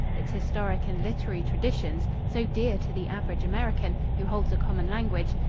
its historic and literary traditions, so dear to the average american, who holds a common language,